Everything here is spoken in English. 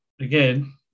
again